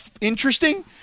interesting